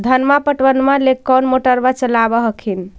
धनमा पटबनमा ले कौन मोटरबा चलाबा हखिन?